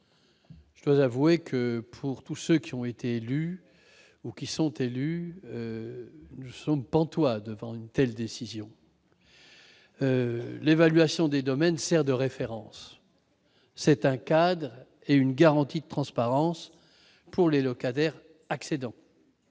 Je dois avouer que tous ceux qui, parmi nous, sont ou ont été élus locaux restent pantois devant une telle décision. L'évaluation des domaines sert de référence ; c'est un cadre et une garantie de transparence pour les locataires accédant